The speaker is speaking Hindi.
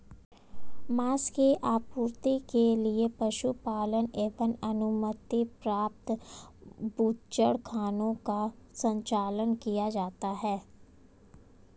माँस की आपूर्ति के लिए पशुपालन एवं अनुमति प्राप्त बूचड़खानों का संचालन किया जाता है